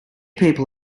people